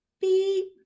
beep